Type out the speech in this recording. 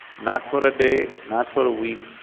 not for a day, not for a week,